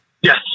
Yes